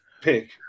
pick